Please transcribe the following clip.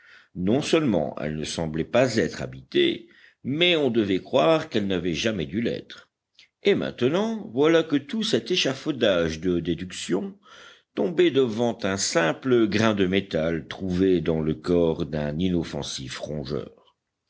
non seulement elle ne semblait pas être habitée mais on devait croire qu'elle n'avait jamais dû l'être et maintenant voilà que tout cet échafaudage de déductions tombait devant un simple grain de métal trouvé dans le corps d'un inoffensif rongeur